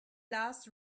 last